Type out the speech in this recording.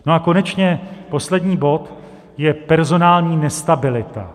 A konečně poslední bod je personální nestabilita.